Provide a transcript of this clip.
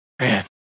Man